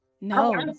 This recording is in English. No